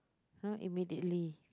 !huh! immediately